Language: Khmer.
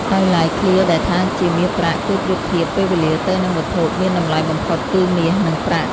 ដោយឡែក ឃ្លាដែលថាជាមាសប្រាក់ គឺប្រៀបធៀបពេលវេលាទៅនឹងវត្ថុមានតម្លៃបំផុតគឺមាស និងប្រាក់។